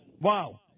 wow